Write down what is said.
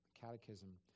Catechism